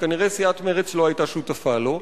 שכנראה סיעת מרצ לא היתה שותפה לו,